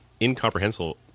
Incomprehensible